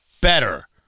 better